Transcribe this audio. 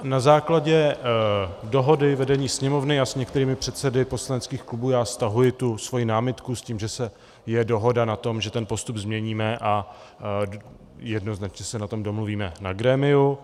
Na základě dohody vedení Sněmovny a s některými předsedy poslaneckých klubů stahuji svoji námitku s tím, že je dohoda na tom, že ten postup změníme a jednoznačně se na tom domluvíme na grémiu.